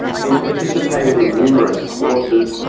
he's participated in numerous courses,